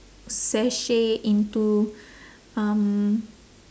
sashay into um